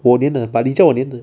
我粘的 but 你叫我粘的